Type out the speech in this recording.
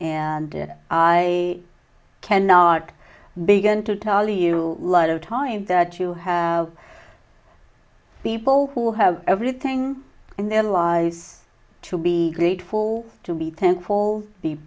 and i cannot begin to tell you a lot of time that you have people who have everything in their lives to be grateful to be thankful be